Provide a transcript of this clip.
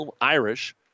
Irish